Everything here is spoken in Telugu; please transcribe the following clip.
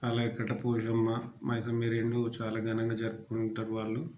అలాగే కట్ట పూజమ్మ మైసమ్మ ఈ రెండు చాలా ఘనంగా జరుపుకుంటారు వాళ్ళు